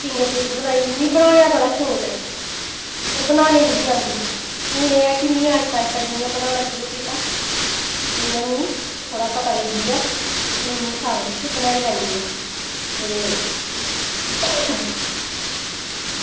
finger chips बनाई ते मिगी बनाने दा बड़ा शौक ऐ पर बनाना निं ही आंदी ते हून एह् ऐ की में आस्ता आस्ता जि'यां बनाना शुरू कीता ते इ'यां मिगी थोह्ड़ा पता लग्गी गेआ ते हून में सारा किश बनाई लैन्नी आं ते